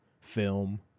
film